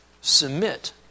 submit